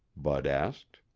bud asked.